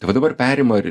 tai va dabar perima ir